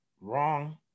wrong